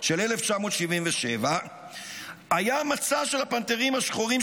של 1977 היה מצע של הפנתרים השחורים,